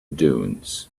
dunes